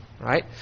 right